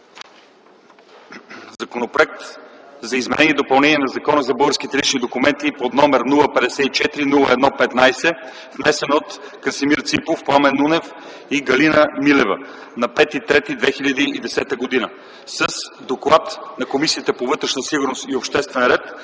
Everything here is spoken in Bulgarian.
Законопроект за изменение и допълнение на Закона за българските лични документи № 054-01-15, внесен от Красимир Ципов, Пламен Нунев и Галина Милева на 5 март 2010 г. Комисията по вътрешна сигурност и обществен ред